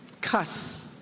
Cuss